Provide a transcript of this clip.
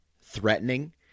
threatening